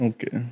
Okay